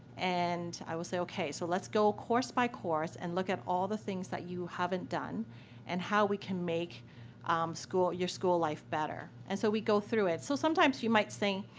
and i will say, okay. so, let's go course by course and look at all the things that you haven't done and how we can make um your school life better. and so, we go through it. so, sometimes you might say,